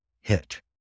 hit